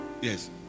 Yes